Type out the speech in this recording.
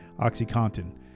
OxyContin